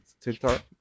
TikTok